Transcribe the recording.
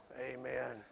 Amen